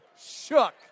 shook